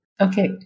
Okay